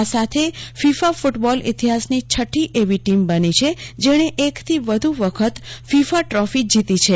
આ સાથે France football ઇતિહાસની છઠ્ઠી એવી ટીમ બની છે જેષ્ને એકથી વધુ વખત ફીફા ટ્રોફી જીતી છે